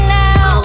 now